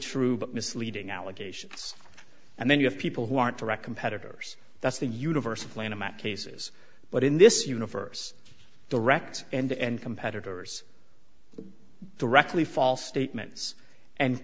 but misleading allegations and then you have people who aren't direct competitors that's the universe of lanham at cases but in this universe direct and competitors directly false statements and